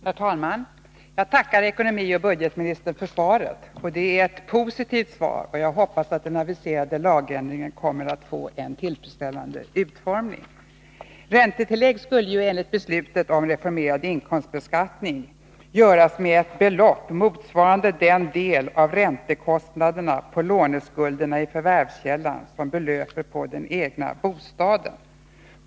Herr talman! Jag tackar ekonomioch budgetministern för svaret. Det är ett positivt svar, och jag hoppas att den aviserade lagändringen kommer att få en tillfredsställande utformning. Räntetillägg skulle ju enligt beslutet om reformerad inkomstbeskattning ”göras med ett belopp motsvarande den del av räntekostnaderna på låneskulderna i förvärvskällan som belöper på den egna bostaden.